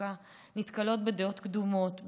התעסוקה נתקלות בדעות קדומות,